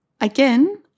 again